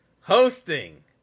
hosting